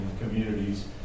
communities